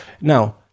Now